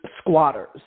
squatters